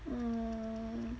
hmm